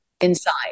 inside